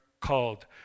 called